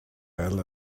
well